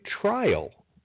trial